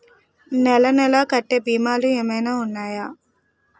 నెల నెల కట్టే భీమాలు ఏమైనా ఉన్నాయా?